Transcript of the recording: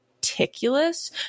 meticulous